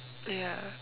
ya